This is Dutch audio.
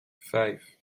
vijf